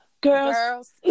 Girls